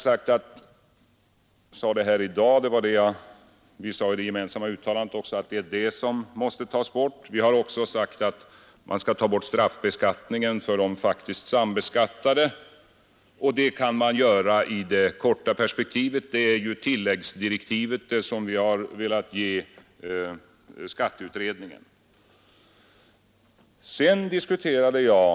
Jag sade här i dag, och vi har sagt det i det gemensamma uttalandet, att detta måste ändras. Vi har också sagt att man skall ta bort straffbeskattningen för de faktiskt sambeskattade, och det kan man göra i det korta perspektivet. Vi har velat ge skatteutredningen tilläggsdirektiv om detta.